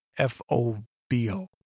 F-O-B-O